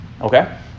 Okay